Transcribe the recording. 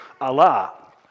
Allah